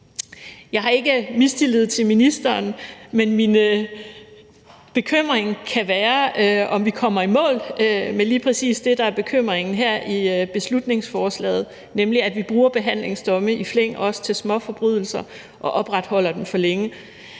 Jeg har ikke mistillid til ministeren, men min bekymring kan være, om vi kommer i mål med lige præcis det, der er bekymringen her i beslutningsforslaget, nemlig at vi bruger behandlingsdomme i flæng, også til småforbrydelser, og opretholder dem for længe.